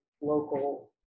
local